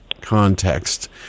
context